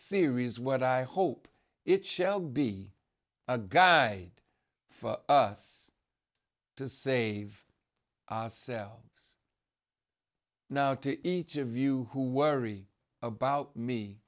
series what i hope it shall be a guide for us to save ourselves now to each of you who worry about me